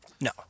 no